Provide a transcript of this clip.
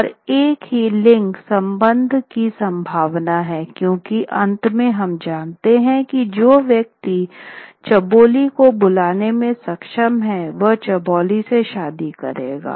और एक ही लिंग संबंध की संभावना है क्यूंकि अंत में हम जानते है की जो व्यक्ति चौबोली को बुलवाने में सक्षम है वह चौबोली से शादी करेगा